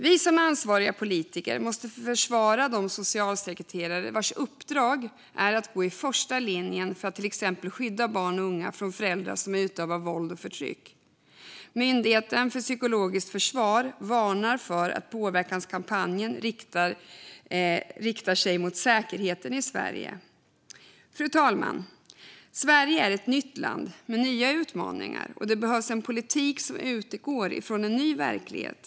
Vi som ansvariga politiker måste försvara de socialsekreterare vars uppdrag är att gå i första ledet för att exempelvis skydda barn och unga från föräldrar som utövar våld och förtryck. Myndigheten för psykologiskt försvar varnar för att denna påverkanskampanj riktar sig mot säkerheten i Sverige. Fru talman! Sverige är ett nytt land med nya utmaningar, och det behövs en politik som utgår från en ny verklighet.